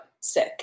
sick